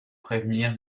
prévenir